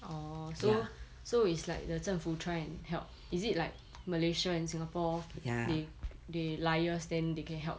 orh so so it's like the 政府 try and help is it like malaysia and singapore they they liaise then they can help